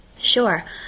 Sure